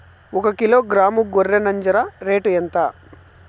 ఒకకిలో గ్రాము గొర్రె నంజర రేటు ఎంత?